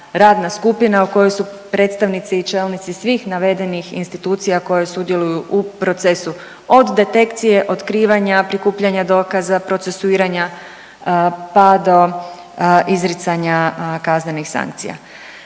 radna skupina u kojoj su predstavnici i čelnici svih navedenih institucije koje sudjeluju u procesu od detekcije, otkrivanja, prikupljanja dokaza, procesuiranja pa do izricanja kaznenih sankcija.